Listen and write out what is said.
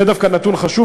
זה דווקא נתון חשוב,